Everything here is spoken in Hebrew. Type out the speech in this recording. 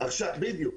בדיוק.